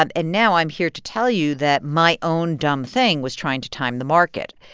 ah and now i'm here to tell you that my own dumb thing was trying to time the market.